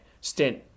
stint